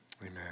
Amen